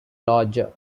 larger